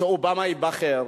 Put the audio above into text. שבנובמבר אובמה ייבחר.